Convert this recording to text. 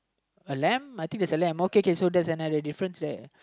a lamp I think there is a lamp okay okay that's another difference there